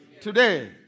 Today